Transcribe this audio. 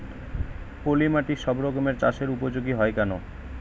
পলিমাটি সব ধরনের চাষের উপযোগী হয় কেন?